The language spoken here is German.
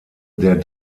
der